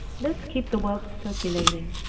let's keep the wealth circulating,